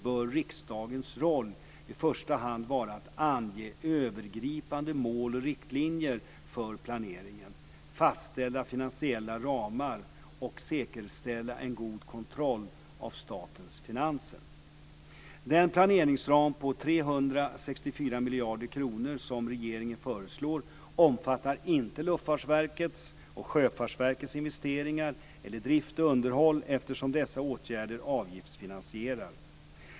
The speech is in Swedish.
2000/01:TU16) bör riksdagens roll i första hand vara att ange övergripande mål och riktlinjer för planeringen, fastställa finansiella ramar och säkerställa en god kontroll av statens finanser. Den planeringsram på 364 miljarder kronor som regeringen föreslår omfattar inte Luftfartsverkets och Sjöfartsverkets investeringar eller drift och underhåll eftersom dessa åtgärder avgiftsfinansieras.